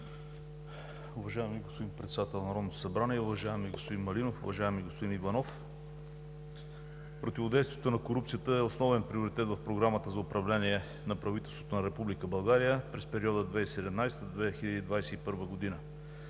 Уважаеми господин Председател на Народното събрание! Уважаеми господин Малинов, уважаеми господин Иванов, противодействието на корупцията е основен приоритет в Програмата за управление на правителството на Република България през периода 2017 – 2021 г.